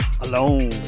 alone